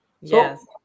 Yes